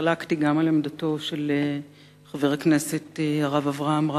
חלקתי גם על עמדתו של חבר הכנסת הרב אברהם רביץ,